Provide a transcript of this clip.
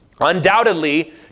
undoubtedly